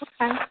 Okay